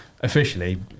officially